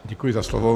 Děkuji za slovo.